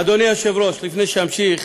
אדוני היושב-ראש, לפני שאמשיך,